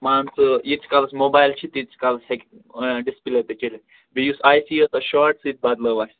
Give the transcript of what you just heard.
مان ژٕ ییٖتِس کالَس موبایِل چھِ تیٖتِس کالَس ہیٚکہِ ڈِسپٕلے تہِ چٔلِتھ بیٚیہِ یُس آی سی ٲسۍ اَتھ شاٹ سُہ تہِ بَدلٲو اَسہِ